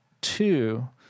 two